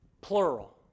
plural